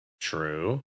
True